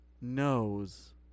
knows